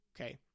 Okay